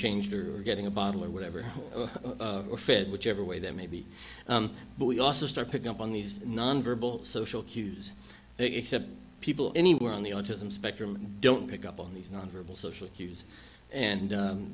changed or getting a bottle or whatever we're fed whichever way that may be but we also start picking up on these non verbal social cues except people anywhere on the autism spectrum don't pick up on these non verbal social cues and